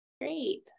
Great